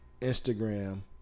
Instagram